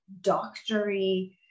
doctory